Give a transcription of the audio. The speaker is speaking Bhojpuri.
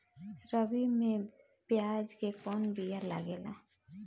रबी में प्याज के कौन बीया लागेला?